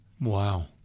Wow